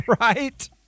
Right